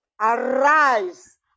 Arise